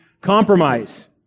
compromise